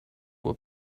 were